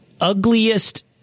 ugliest